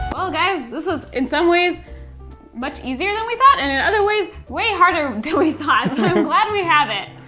but guys, this is in some ways much easier than we thought, and in other ways, way harder than we thought. but i'm glad we have it.